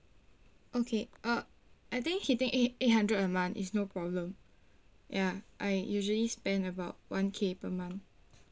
okay uh I think hitting eight eight hundred a month is no problem ya I usually spend about one K per month